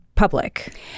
public